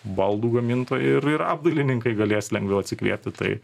baldų gamintojai ir ir apdailininkai galės lengviau atsikvėpti tai